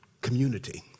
community